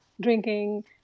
drinking